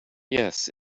yes